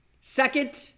Second